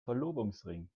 verlobungsring